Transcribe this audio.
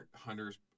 hunters